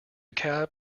cab